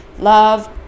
love